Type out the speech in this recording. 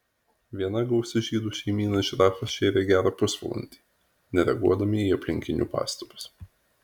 viena gausi žydų šeimyna žirafą šėrė gerą pusvalandį nereaguodami į aplinkinių pastabas